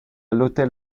l’hôtel